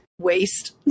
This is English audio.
waste